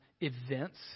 events